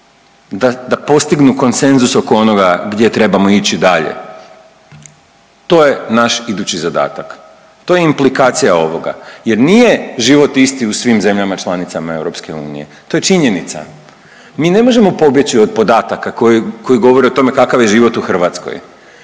da postignu konsenzus oko onoga gdje trebamo ići dalje. To je naš idući zadatak. To je implikacija ovoga jer nije život isti u svim zemljama članicama EU. To je činjenica. Mi ne možemo pobjeći od podataka koji, koji govore o tome kakav je život u Hrvatskoj.